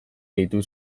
gehitu